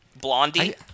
Blondie